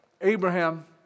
Abraham